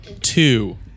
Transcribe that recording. Two